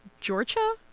Georgia